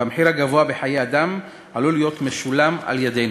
והמחיר הגבוה בחיי אדם עלול להיות משולם על-ידינו.